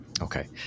Okay